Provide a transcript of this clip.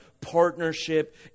partnership